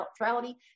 neutrality